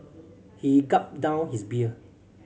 he gulped down his beer